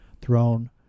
throne